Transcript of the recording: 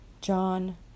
John